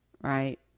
right